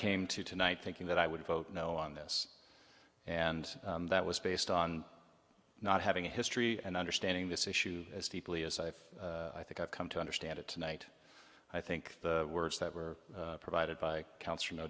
came to tonight thinking that i would vote no on this and that was based on not having a history and understanding this issue as deeply as i think i've come to understand it tonight i think the words that were provided by counts